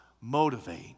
motivate